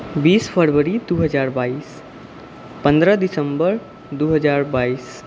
बीस फरवरी दू हजार बाइस पन्द्रह दिसम्बर दू हजार बाइस